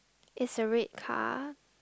is a red car